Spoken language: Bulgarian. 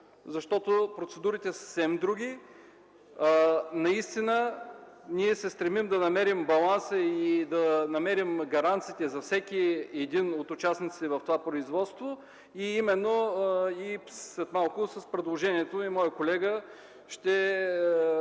защото процедурите са съвсем други. Ние се стремим да намерим баланса и гаранциите за всеки един от участниците в това производство. След малко с предложението си моят колега ще